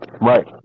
Right